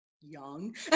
young